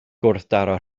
gwrthdaro